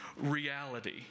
reality